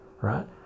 right